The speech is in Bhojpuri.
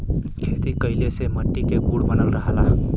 खेती कइले से मट्टी के गुण बनल रहला